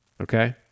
okay